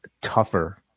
tougher